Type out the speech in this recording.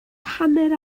hanner